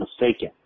mistaken